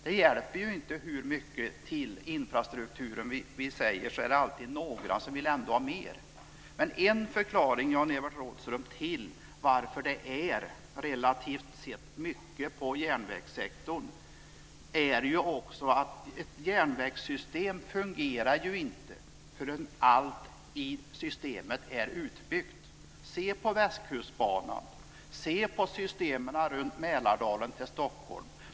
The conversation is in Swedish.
Det hjälper inte hur mycket vi säger att vi vill satsa på infrastrukturen. Det är alltid några som ändå vill ha mer. Men en förklaring till att det satsas relativt sett mycket på järnvägssektorn, Jan-Evert Rådhström, är att järnvägssystem inte fungerar förrän allt i systemet är utbyggt. Se på Västkustbanan! Se på systemen i Mälardalen och Stockholm!